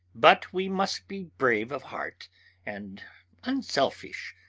but we must be brave of heart and unselfish,